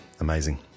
amazing